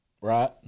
Right